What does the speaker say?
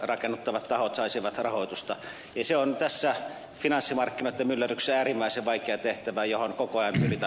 rakennuttavat tahot saisivat rahoitusta ja se on tässä finanssimarkkinoiden myllerryksessä äärimmäisen vaikea tehtävä johon koko ajan pyritään hakemaan vastauksia